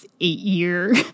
eight-year